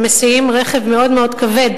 שמסיעים רכב מאוד מאוד כבד,